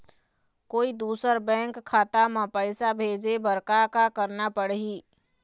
कोई दूसर बैंक खाता म पैसा भेजे बर का का करना पड़ही?